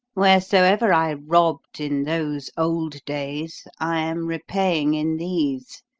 wheresoever i robbed in those old days, i am repaying in these.